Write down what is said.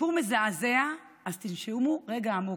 סיפור מזעזע, אז תנשמו רגע עמוק.